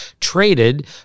traded